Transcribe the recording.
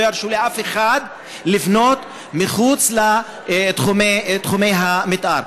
ירשו לאף אחד לבנות מחוץ לתחומי המתאר.